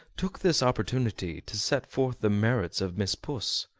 took this opportunity to set forth the merits of miss puss.